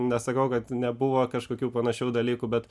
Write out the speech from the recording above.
nesakau kad nebuvo kažkokių panašių dalykų bet